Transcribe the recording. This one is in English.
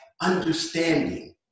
understanding